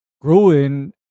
growing